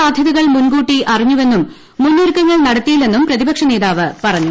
സാധ്യതകൾ മുൻകൂട്ടി ദുരന്ത അറിഞ്ഞുവെന്നും മുന്നൊരുക്കങ്ങൾ നടത്തിയില്ലെന്നും പ്രതിപക്ഷ നേതാവ് പറഞ്ഞു